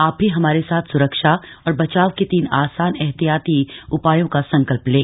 आप भी हमारे साथ स्रक्षा और बचाव के तीन आसान एहतियाती उपायों का संकल्प लें